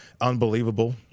unbelievable